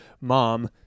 mom